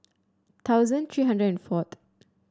thousand three hundred and fourth